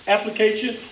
application